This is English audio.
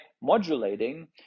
modulating